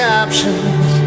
options